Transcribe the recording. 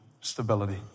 stability